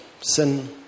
sin